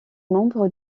membres